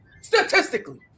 Statistically